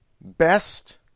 best